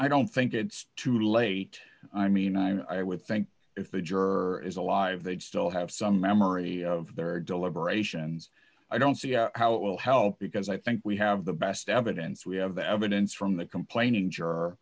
i don't think it's too late i mean i would think if the juror is alive they'd still have some memory of their deliberations i don't see how it will help because i think we have the best evidence we have the evidence from the complaining j